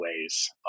ways